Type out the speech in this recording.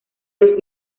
los